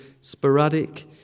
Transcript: sporadic